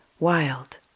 wild